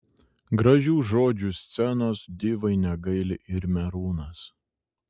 gražių žodžių scenos divai negaili ir merūnas